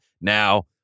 Now